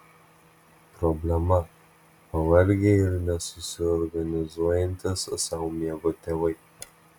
problema pavargę ir nesusiorganizuojantys sau miego tėvai